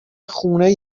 خونه